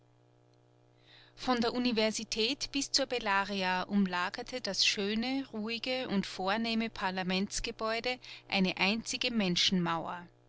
von der universität bis zur bellaria umlagerte das schöne ruhige und vornehme parlamentsgebäude eine einzige